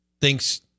thinks